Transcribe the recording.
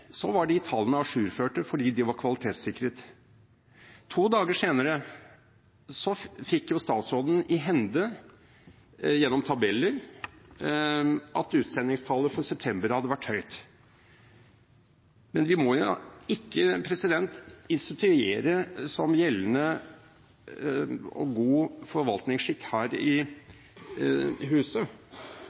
fordi da var de kvalitetssikret. To dager senere fikk statsråden tabeller i hende som viste at utsendingstallet for september hadde vært høyt. Men man må jo ikke instituere som gjeldende og god forvaltningsskikk her i huset,